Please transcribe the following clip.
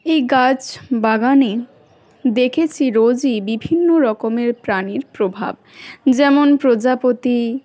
এই গাছ বাগানে দেখেছি রোজই বিভিন্ন রকমের প্রাণীর প্রভাব যেমন প্রজাপতি